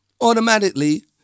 Automatically